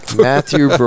Matthew